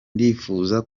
ndifuza